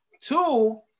Two